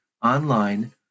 online